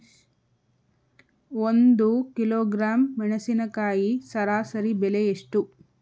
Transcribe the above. ಒಂದು ಕಿಲೋಗ್ರಾಂ ಮೆಣಸಿನಕಾಯಿ ಸರಾಸರಿ ಬೆಲೆ ಎಷ್ಟು?